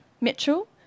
Mitchell